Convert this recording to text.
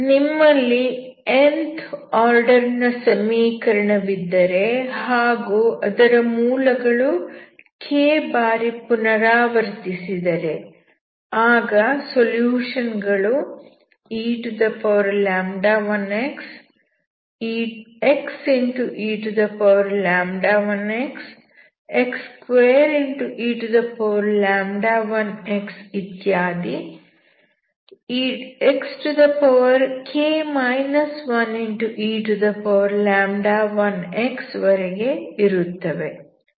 ನಿಮ್ಮಲ್ಲಿ nth order ನ ಸಮೀಕರಣವಿದ್ದರೆ ಹಾಗೂ ಅದರ ಮೂಲಗಳು k ಬಾರಿ ಪುನರಾವರ್ತಿಸಿದರೆ ಆಗ ಸೊಲ್ಯೂಷನ್ ಗಳು e1x xe1x x2e1x ಇತ್ಯಾದಿ xk 1e1x ವರೆಗೆ ಇರುತ್ತವೆ